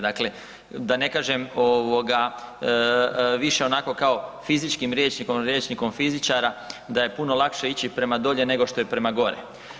Dakle, da ne kažem više onako kao fizičkim rječnikom ili rječnikom fizičara, da je puno lakše ići prema dolje nego što je prema gore.